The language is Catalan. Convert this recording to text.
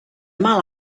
mal